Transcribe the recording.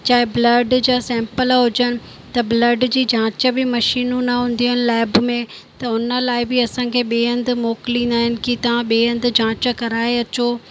चाहे ब्लड जा सेंपल हुजनि त ब्लड जी जांच बि मशीनूं न हूंदियूं आहिनि लैब में त हुन लाइ बि असांखे ॿिए हंधि मोकिलींदा आहिनि की तव्हां ॿिए हंधि जांच कराए अचो